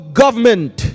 government